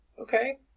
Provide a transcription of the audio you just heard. okay